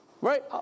Right